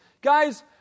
Guys